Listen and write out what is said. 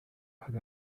had